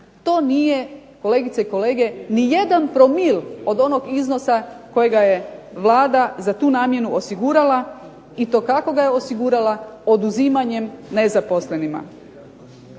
To nije, kolegice i kolege, ni jedan promil od onog iznosa kojega je Vlada za tu namjenu osigurala. I to kako ga je osigurala? Oduzimanjem nezaposlenima.